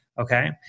okay